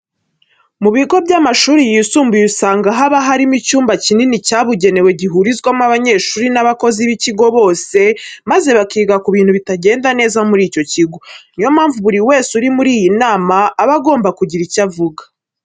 Mu bigo by'amashuri yisumbuye usanga haba harimo icyumba kinini cyabugenewe gihurizwamo abanyeshuri n'abakozi b'ikigo bose maze bakiga ku bintu bitagenda neza muri icyo kigo. Niyo mpamvu buri wese uri muri iyi nama aba agomba kugira icyo avuga.